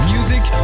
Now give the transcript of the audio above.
Music